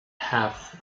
path